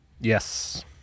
Yes